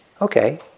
Okay